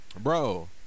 bro